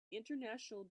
international